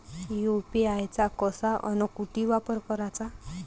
UPI चा कसा अन कुटी वापर कराचा?